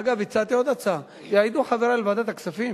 אגב, הצעתי עוד הצעה, יעידו חברי לוועדת הכספים